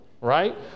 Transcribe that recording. right